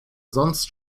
sonst